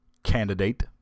candidate